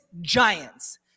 giants